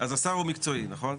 אז השר הוא מקצועי, נכון?